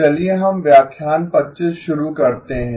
चलिए हम व्याख्यान 25 शुरू करते हैं